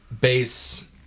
bass